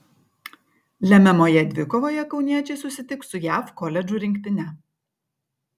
lemiamoje dvikovoje kauniečiai susitiks su jav koledžų rinktine